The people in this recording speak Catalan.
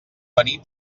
venir